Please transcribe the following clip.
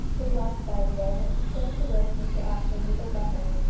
his last idea was to send the will to mr apjohn with a letter,